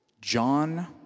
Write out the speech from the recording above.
John